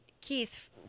Keith